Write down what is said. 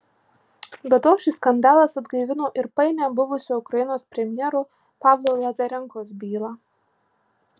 be to šis skandalas atgaivino ir painią buvusio ukrainos premjero pavlo lazarenkos bylą